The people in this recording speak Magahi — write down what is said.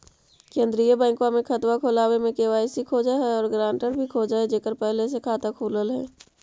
केंद्रीय बैंकवा मे खतवा खोलावे मे के.वाई.सी खोज है और ग्रांटर भी खोज है जेकर पहले से खाता खुलल है?